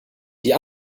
die